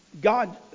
God